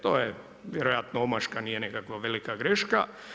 To je vjerojatno omaška, nije nekakva velika greška.